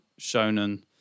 shonen